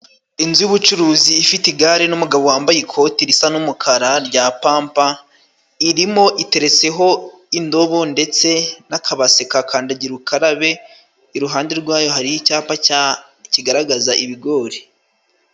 Inzu y'ubucuruzi ifite igare n'umugabo wambaye ikoti risa n'umukara rya pampa, irimo, itereretseho indobo ndetse n'akabase ka kandagira ukarabe, iruhande rwayo hari icyapa kigaragaza ibigori.